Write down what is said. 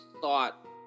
thought